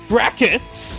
Brackets